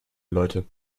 leute